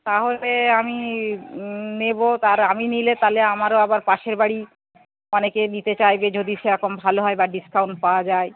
তাহলে আমি নেব তা আর আমি নিলে তালে আমারও আবার পাশের বাড়ি অনেকে নিতে চাইবে যদি সেরকম ভালো হয় বা ডিসকাউন্ট পাওয়া যায়